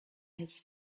his